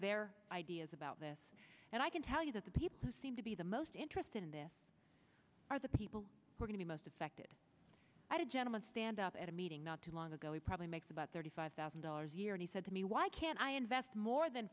their ideas about this and i can tell you that the people who seem to be the most interested in this are the people who are gonna be most affected i did gentleman stand up at a meeting not too long ago he probably makes about thirty five thousand dollars a year and he said to me why can't i invest more than